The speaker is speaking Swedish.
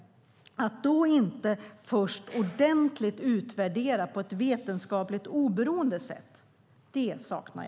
Att man först ska utvärdera ordentligt på ett vetenskapligt oberoende sätt är vad jag saknar.